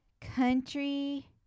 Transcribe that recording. Country